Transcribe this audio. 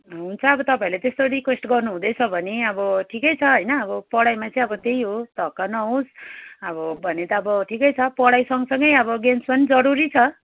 हुन्छ अब तपाईँहरूले त्यस्तो रिक्वेस्ट गर्नु हुँदैछ भने अब ठिकै छ होइन अब पढाइमा चाहिँ अब त्यही हो धक्का नहोस् अब भने त अब ठिकै छ पढाइसँगसँगै अब गेम्स पनि जरुरी छ